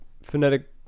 phonetic